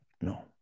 no